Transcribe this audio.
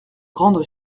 grandes